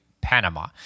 Panama